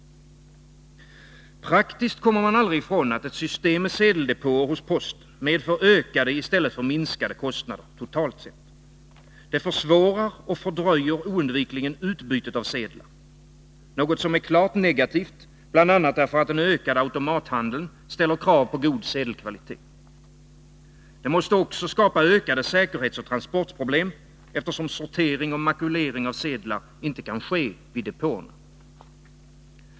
Praktiskt kommer man aldrig ifrån att ett system med sedeldepåer hos posten medför ökade i stället för minskade kostnader, totalt sett. Det försvårar och fördröjer oundvikligen utbytet av sedlar, något som är klart negativt bl.a. därför att den ökande automathandeln ställer krav på god sedelkvalitet. Det måste också skapa ökade säkerhetsoch transportproblem, eftersom sortering och makulering av sedlar inte kan ske vid depåerna.